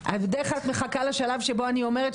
בדרך כלל את מחכה לשלב שבו אני אומרת,